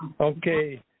Okay